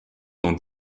dans